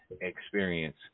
experience